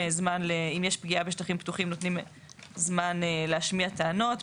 אם יש פגיעה בשטחים פתוחים נותנים זמן להשמיע טענות.